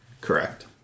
Correct